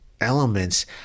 elements